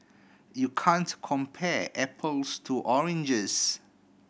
you can't compare apples to oranges